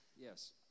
Yes